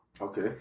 Okay